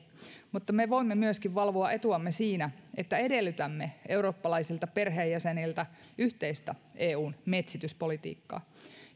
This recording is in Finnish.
mutta me voimme myöskin valvoa etuamme siinä että edellytämme eurooppalaisilta perheenjäseniltä yhteistä eun metsityspolitiikkaa